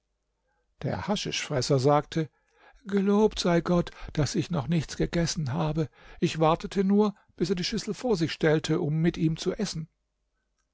der haschischfresser sagte gelobt sei gott daß ich noch nichts gegessen habe ich wartete nur bis er die schüssel vor sich stellte um mit ihm zu essen